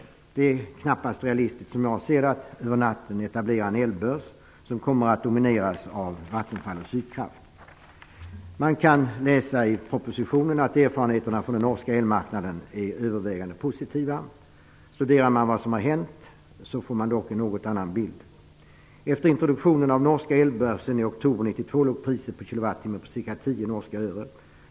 Det är, som jag ser det, knappast realistiskt att över natten etablera en elbörs som kommer att domineras av Vattenfall och Sydkraft. Man kan läsa i propositionen att erfarenheterna från den norska elmarknarknaden är övervägande positiva. Studerar man vad som hänt får man dock en något annan bild. Efter introduktionen av norska elbörsen i oktober 1992 låg priset per kilowattimme på ca 10 norska öre.